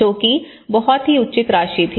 जो कि बहुत ही उचित राशि थी